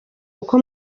uko